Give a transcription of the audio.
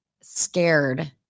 scared